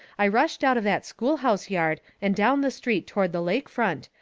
i rushed out of that schoolhouse yard and down the street toward the lake front,